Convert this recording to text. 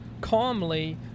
calmly